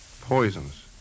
Poisons